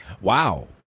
Wow